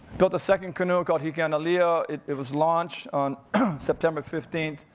built a second canoe called hikianalia. it was launched on september fifteen,